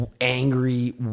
angry